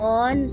on